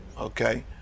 Okay